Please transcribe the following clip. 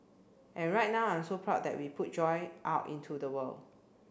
and right now I'm so proud that we put joy out into the world